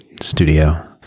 studio